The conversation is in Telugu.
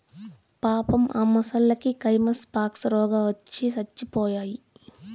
పాపం ఆ మొసల్లకి కైమస్ పాక్స్ రోగవచ్చి సచ్చిపోయాయి